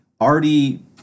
already